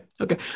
okay